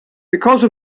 because